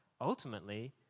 ultimately